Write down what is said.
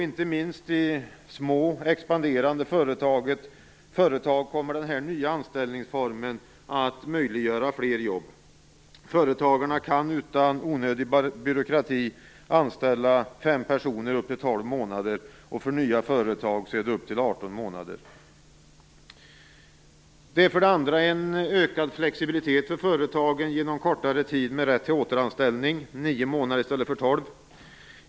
Inte minst i små, expanderande företag kommer den nya anställningsformen att möjliggöra fler jobb. Företagarna kan utan onödig byråkrati anställa fem personer upp till tolv månader och nya företag upp till 18 månader. För det andra handlar det om ökad flexibilitet för företagen genom kortare tid med rätt till återanställning, nio månader i stället för tolv.